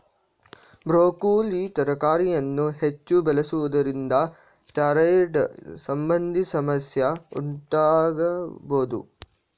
broccoli ತರಕಾರಿಯನ್ನು ಹೆಚ್ಚು ಬಳಸುವುದರಿಂದ ಥೈರಾಯ್ಡ್ ಸಂಬಂಧಿ ಸಮಸ್ಯೆ ಉಂಟಾಗಬೋದು